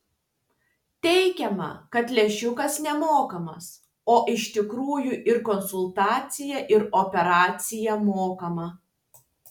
teigiama kad lęšiukas nemokamas o iš tikrųjų ir konsultacija ir operacija mokama